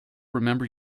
remember